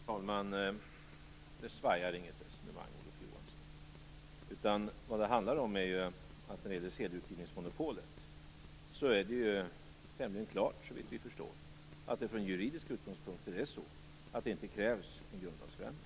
Fru talman! Det är inget resonemang som svajar, Olof Johansson! Vad det handlar om när det gäller sedelutgivningsmonopolet är att det, såvitt vi förstår, är tämligen klart att det från juridiska utgångspunkter är så att det inte krävs en grundlagssändring.